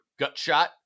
Gutshot